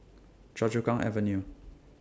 Choa Chu Kang Avenue